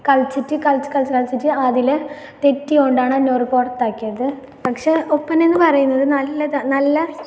കളിച്ചിട്ട് കളിച്ച് കളിച്ച് കളിച്ചിട്ട് അതിൽ തെറ്റിയത് കൊണ്ടാണ് എന്നോറ് പുറത്താക്കിയത് പക്ഷെ ഒപ്പന എന്ന് പറയുന്നത് നല്ലതാണ് നല്ലത്